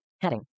Heading